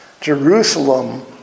Jerusalem